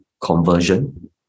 conversion